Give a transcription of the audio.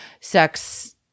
sex